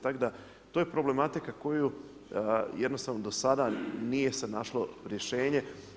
Tako da, to je problematika koju jednostavno do sada nije se našlo rješenje.